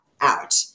out